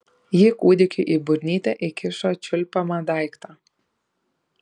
ji kūdikiui į burnytę įkišo čiulpiamą daiktą